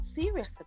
serious